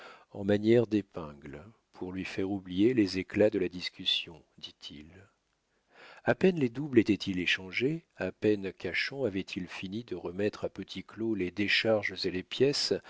en manière d'épingles pour lui faire oublier les éclats de la discussion dit-il a peine les doubles étaient-ils échangés à peine cachan avait-il fini de remettre à petit claud les décharges et les pièces